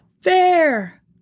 Fair